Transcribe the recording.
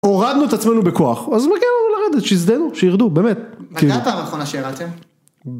‫הורדנו את עצמנו בכוח, ‫אז מגיע לנו לרדת שיזדיינו, שירדו, באמת. מתי הפעם האחרונה שירדתם?